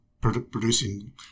producing